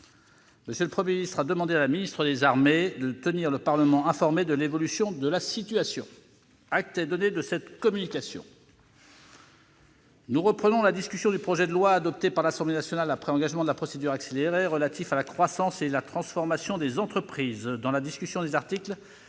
Itno. M. le Premier ministre a demandé à Mme la ministre des armées de tenir le Parlement informé de l'évolution de la situation. Acte est donné de cette communication. Nous reprenons la discussion du projet de loi, adopté par l'Assemblée nationale après engagement de la procédure accélérée, relatif à la croissance et la transformation des entreprises. Nous poursuivons la discussion de l'article